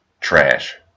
Trash